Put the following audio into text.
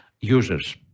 users